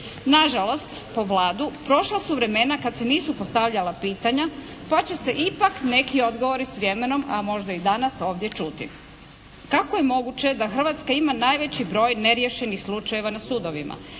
Nažalost po Vladu, prošla su vremena kad se nisu postavljala pitanja, pa će se ipak neki odgovori s vremenom a možda i danas ovdje čuti. Kako je moguće da Hrvatska ima najveći broj neriješenih slučajeva na sudovima,